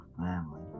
family